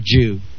Jew